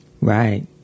Right